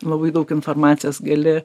labai daug informacijos gali